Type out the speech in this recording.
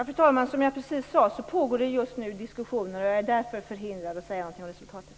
Fru talman! Det pågår just nu diskussioner, och jag är därför förhindrad att säga något om resultatet.